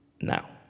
now